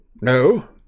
No